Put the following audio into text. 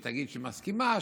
שתגיד שהיא מסכימה,